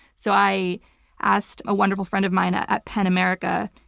so i asked a wonderful friend of mine ah at pen america,